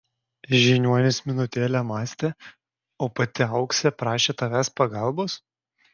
žiniuonis minutėlę mąstė o pati auksė prašė tavęs pagalbos